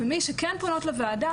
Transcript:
מי שכן פונות לוועדה,